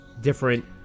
different